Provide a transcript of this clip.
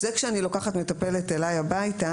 כשאני לוקחת מטפלת אלי הביתה,